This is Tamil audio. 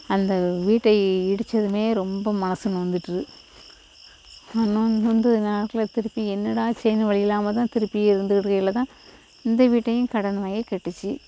அந்த வீட்டை இடித்ததுமே ரொம்ப மனது நொந்துகிட்டு நொந்து நேரத்தில் திருப்பி என்னடா சரின்னு வழியில்லாம தான் திருப்பி இருந்து இருந்து இந்த வீட்டையும் கடன் வாங்கி கட்டிச்சு